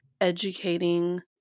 educating